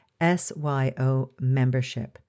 syomembership